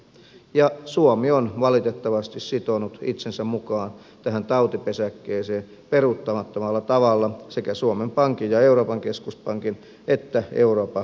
ja suomi on valitettavasti sitonut itsensä mukaan tähän tautipesäkkeeseen peruuttamattomalla tavalla sekä suomen pankin ja euroopan keskuspankin että euroopan vakausmekanismin kautta